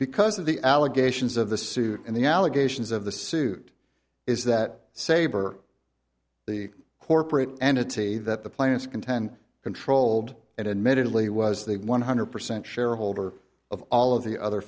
because of the allegations of the suit and the allegations of the suit is that saber the corporate entity that the plaintiffs contend controlled and admittedly was the one hundred percent shareholder of all of the other